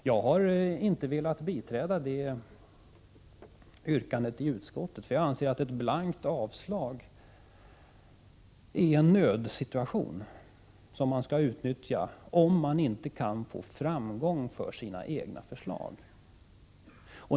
Jag har inte velat biträda det yrkandet i utskottet, för jag anser att ett blankt avslag är en nödlösning som man skall utnyttja om man inte kan få framgång för sina egna förslag.